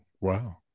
Wow